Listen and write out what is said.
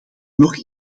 nog